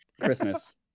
Christmas